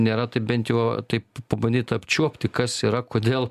nėra tai bent jau taip pabandyt apčiuopti kas yra kodėl